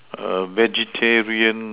a vegetarian